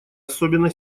особенно